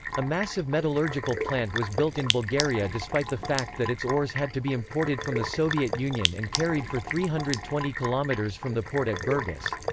a massive metallurgical plant was built in bulgaria despite the fact that its ores had to be imported from the soviet union and carried for three hundred and twenty kilometres from the port at burgas.